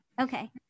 okay